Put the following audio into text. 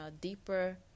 deeper